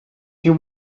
you